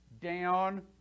down